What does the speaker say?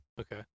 Okay